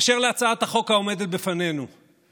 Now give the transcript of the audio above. אשר להצעת החוק העומדת בפנינו,